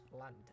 land